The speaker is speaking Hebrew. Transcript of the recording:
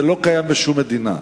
זה לא קיים בשום מדינה.